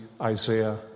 Isaiah